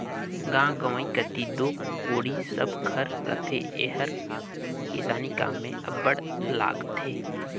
गाँव गंवई कती दो कोड़ी सब घर रहथे एहर किसानी काम मे अब्बड़ लागथे